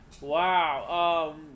Wow